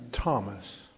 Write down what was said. Thomas